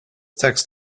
text